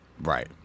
Right